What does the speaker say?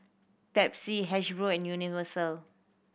Pepsi Hasbro and Universal